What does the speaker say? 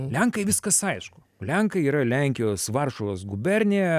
lenkai viskas aišku lenkai yra lenkijos varšuvos gubernija